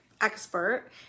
expert